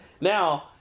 now